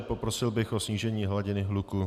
Poprosil bych o snížení hladiny hluku.